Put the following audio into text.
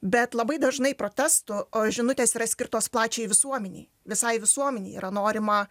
bet labai dažnai protestų žinutės yra skirtos plačiai visuomenei visai visuomenei yra norima